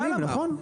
מיליון ₪.